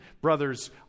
brothers